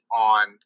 on